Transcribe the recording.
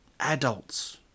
Adults